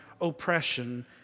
oppression